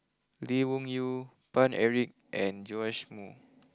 Lee Wung Yew Paine Eric and Joash Moo